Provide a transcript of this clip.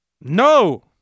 no